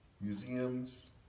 museums